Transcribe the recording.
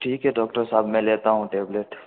ठीक है डॉक्टर साहब मैं लेता हूँ टैबलेट